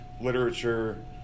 literature